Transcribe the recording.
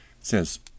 says